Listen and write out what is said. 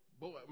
Boy